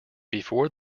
before